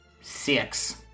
Six